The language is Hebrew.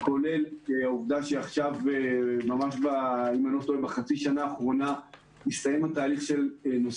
כולל העובדה שממש בחצי השנה האחרונה הסתיים התהליך של נושא